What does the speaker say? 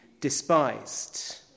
despised